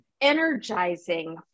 energizing